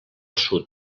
sud